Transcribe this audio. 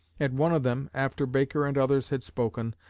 at one of them, after baker and others had spoken,